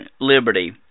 Liberty